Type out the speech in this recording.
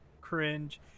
cringe